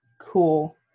cool